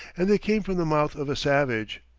and they came from the mouth of a savage!